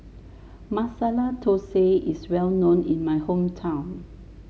Masala Dosa is well known in my hometown